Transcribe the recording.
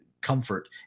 comfort